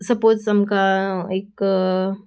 suppose आमकां एक